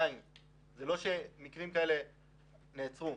זה לא שמקרים כאלה נעצרו.